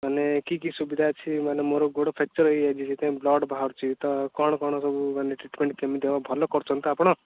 ମାନେ କି କି ସୁବିଧା ଅଛି ମାନେ ମୋର ଗୋଡ଼ ଫ୍ୟାକଚର୍ ହେଇଯାଇଛି ସେଥିପାଇଁ ବ୍ଲଡ଼୍ ବାହାରୁଛି ତ କ'ଣ କ'ଣ ସବୁ ମାନେ ଟ୍ରିଟମେଣ୍ଟ କେମିତି ହବ ଭଲ କରୁଛନ୍ତି ତ ଆପଣ